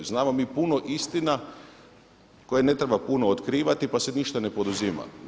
Znamo mi puno istina koje ne treba puno otkrivati, pa se ništa ne poduzima.